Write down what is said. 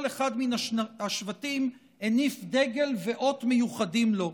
אחד מן השבטים הניף דגל ואות מיוחדים לו.